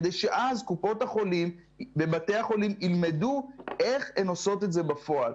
כדי שאז קופות החולים ובתי החולים ילמדו איך הם עושים את זה בפועל.